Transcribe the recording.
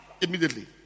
Immediately